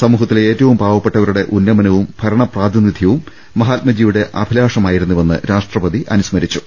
സമൂഹത്തിലെ ഏറ്റവും പാവപ്പെട്ടവരുടെ ഉന്നമനവും ഭരണപ്രാതിനിധൃവും മഹാത്മജിയുടെ അഭിലാഷമായിരുന്നുവെന്ന് രാഷ്ട്ര പതി അനുസ്മരിച്ചു